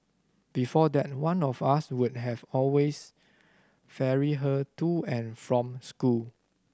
before that one of us would always ferry her to and from school